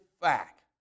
fact